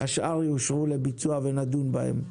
והשאר יאושרו לביצוע ונדון בהן?